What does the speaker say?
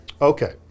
Okay